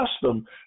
custom